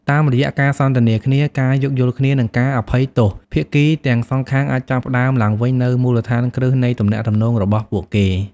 តាមរយៈការសន្ទនាគ្នា ការយោគយល់គ្នា និងការអភ័យទោស ភាគីទាំងសងខាងអាចចាប់ផ្ដើមឡើងវិញនូវមូលដ្ឋានគ្រឹះនៃទំនាក់ទំនងរបស់ពួកគេ។